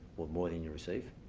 or more than you receive?